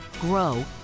grow